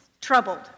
troubled